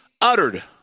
uttered